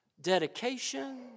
dedication